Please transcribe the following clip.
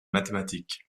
mathématiques